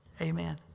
Amen